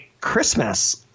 Christmas